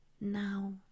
Now